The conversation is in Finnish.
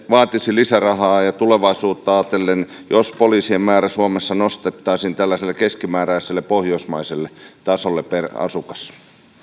vaatisi lisärahaa tulevaisuutta ajatellen jos poliisien määrä suomessa nostettaisiin tällaiselle keskimääräiselle pohjoismaiselle tasolle per asukas